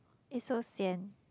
it's so sian